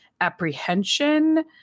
apprehension